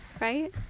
right